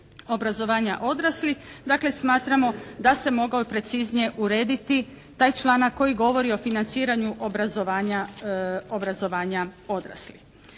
obrazovanja odraslih. Dakle, smatramo da se mogao i preciznije urediti taj članak koji govori o financiranju obrazovanja odraslih.